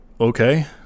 okay